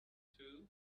too